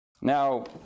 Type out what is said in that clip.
Now